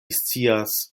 scias